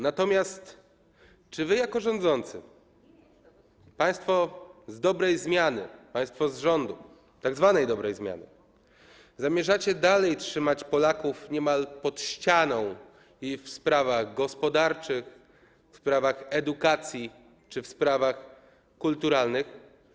Natomiast czy wy jako rządzący, państwo z rządu tzw. dobrej zmiany, zamierzacie dalej trzymać Polaków niemal pod ścianą w sprawach gospodarczych, w sprawach edukacji czy w sprawach kulturalnych?